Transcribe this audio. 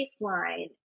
baseline